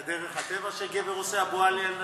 זה דרך הטבע שגבר עושה "אבו עלי" על נשים?